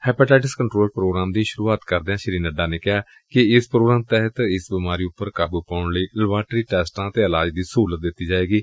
hepatitis control programme ਦੀ ਸ੍ਹਰੁਆਤ ਕਰਦਿਆਂ ਸ੍ਰੀ ਨੱਡਾ ਨੇ ਕਿਹਾ ਕਿ ਏਸ ਪ੍ਰੋਗਰਾਮ ਤਹਿਤ ਇਸ ਬੀਮਾਰੀ ਉਪਰ ਕਾਬੂ ਪਾਉਣ ਲਈ ਲੇਬਾਰਟਰੀ ਟੈਸਟਾਂ ਅਤੇ ਇਲਾਜ ਦੀ ਸਹੂਲਤ ਦਿੱਤੀ ਜਾਏਗੀ